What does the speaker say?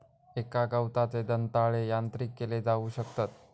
एका गवताचे दंताळे यांत्रिक केले जाऊ शकतत